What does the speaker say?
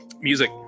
music